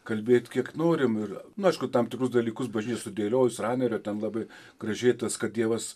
kalbėti kiek norim ir nu aišku tam tikrus dalykus bažnyčia sudėliojus ranerio ten labai gražiai tas kad dievas